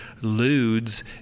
Ludes